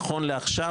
נכון לעכשיו,